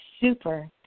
super